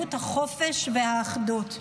חשיבות החופש והאחדות.